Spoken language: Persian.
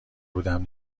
بودم